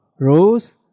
rose